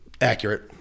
Accurate